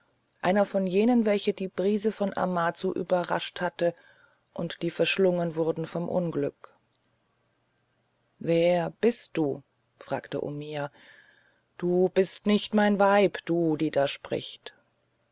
einer von jenen welche die brise von amazu überrascht hatte und die verschlungen wurden vom unglück wer bist du fragte omiya du bist nicht mein weib du die da spricht